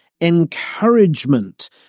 encouragement